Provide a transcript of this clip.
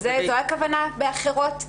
זו הכוונה ב"אחרות"?